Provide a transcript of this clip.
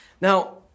Now